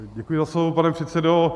Děkuji za slovo, pane předsedo.